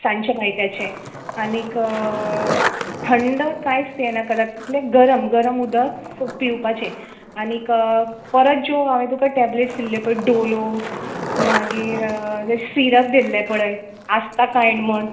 सांजचें मैद्याचें आनीक थंड कांयच पियेनाका जाता तितलें गरम गरम उदक सूप पिवपाचें आनीक परत ज्यो हांवे तुका टेबलेट्स दिल्ल्यो पय डोलो मागीर तें सिरप दिल्लें पळय आस्ताकायंन्ड म्हण